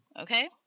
okay